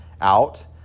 out